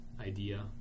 idea